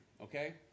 okay